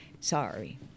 Sorry